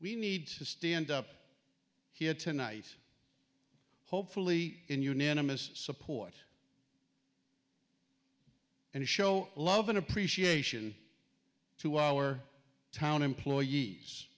we need to stand up here tonight hopefully in unanimous support and show love and appreciation to our town employees